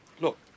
Look